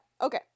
Okay